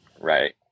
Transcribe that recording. right